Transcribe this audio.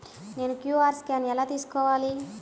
నేను QR scan ఎలా తీసుకోవాలి?